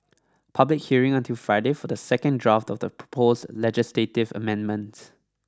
public hearing until Friday for the second draft of proposed legislative amendments